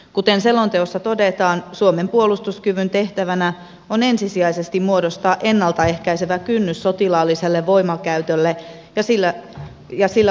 kuten selonteossa todetaan suomen puolustuskyvyn tehtävänä on ensisijaisesti muodostaa ennalta ehkäisevä kynnys sotilaalliselle voimankäytölle ja sillä uhkaamiselle